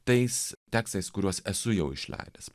tais tekstais kuriuos esu jau išleidęs